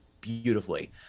beautifully